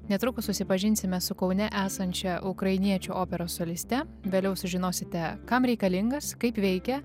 netrukus susipažinsime su kaune esančia ukrainiečių operos soliste vėliau sužinosite kam reikalingas kaip veikia